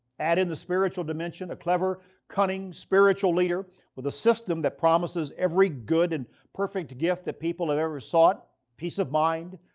add in the spiritual dimension a clever, cunning spiritual leader with a system that promises every good and perfect gift that people have ever sought peace of mind,